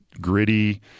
gritty